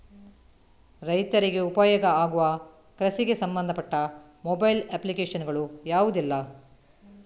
ರೈತರಿಗೆ ಉಪಯೋಗ ಆಗುವ ಕೃಷಿಗೆ ಸಂಬಂಧಪಟ್ಟ ಮೊಬೈಲ್ ಅಪ್ಲಿಕೇಶನ್ ಗಳು ಯಾವುದೆಲ್ಲ?